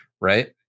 right